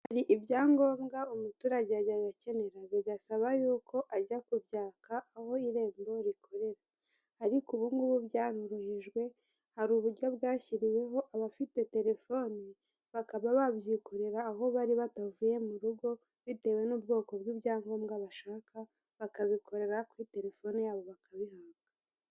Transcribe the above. Hari ibyangombwa umuturage yajyaga akenera bigasaba yuko ajya kubyaka aho irembo rikorera ariko ubungubu byarorohejwe. Hari uburyo bwashyiriweho abafite telefoni, bakaba babyikorera aho bari batavuye mu rugo bitewe n'ubwoko bw'ibyangombwa bashaka bakabikorera kuri telefoni yabo bakabihabwa.